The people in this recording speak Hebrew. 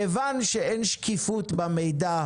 כיוון שאין שקיפות במידע,